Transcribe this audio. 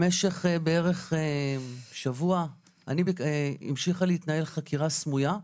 במשך בערך שבוע המשיכה להתנהל חקירה סמויה.